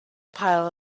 pile